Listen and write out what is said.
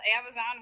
Amazon